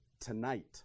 tonight